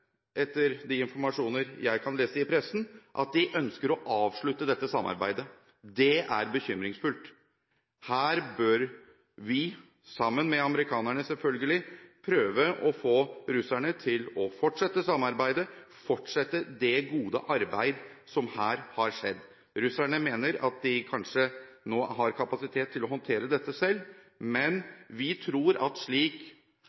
de informasjoner jeg kan lese i pressen – at de ønsker å avslutte dette samarbeidet. Det er bekymringsfullt. Her bør vi – sammen med amerikanerne, selvfølgelig – prøve å få russerne til å fortsette samarbeidet og fortsette det gode arbeidet som her har skjedd. Russerne mener at de kanskje nå har kapasitet til å håndtere dette selv, men vi tror at slik